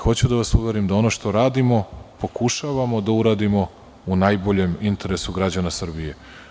Hoću da vas uverim da ono što radimo, pokušavamo da uradimo u najboljem interesu građana Srbije.